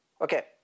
Okay